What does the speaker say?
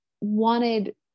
wanted